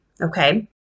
Okay